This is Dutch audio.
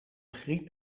griep